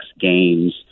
games